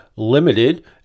Limited